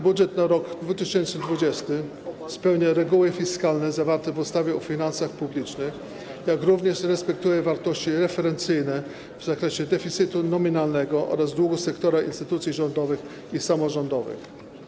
Budżet na rok 2020 spełnia reguły fiskalne zawarte w ustawie o finansach publicznych i respektuje wartości referencyjne w zakresie deficytu nominalnego oraz długu sektora instytucji rządowych i samorządowych.